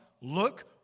look